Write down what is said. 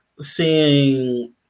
seeing